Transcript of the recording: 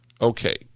Okay